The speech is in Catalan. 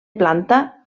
planta